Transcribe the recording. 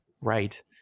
right